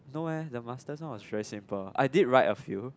no leh the master now was very simple I did write a few